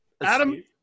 Adam